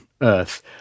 Earth